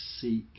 seek